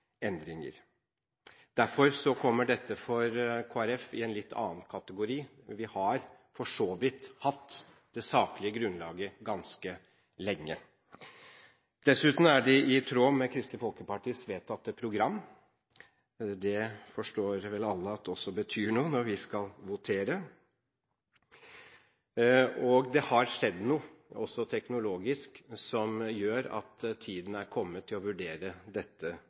for så vidt hatt det saklige grunnlaget ganske lenge. Dessuten er det i tråd med Kristelig Folkepartis vedtatte program, og alle forstår vel at det betyr noe når vi skal votere. Det har også skjedd noe teknologisk sett som gjør at tiden er kommet for å vurdere dette